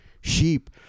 sheep